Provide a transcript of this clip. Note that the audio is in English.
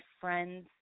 friends